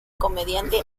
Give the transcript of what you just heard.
comediante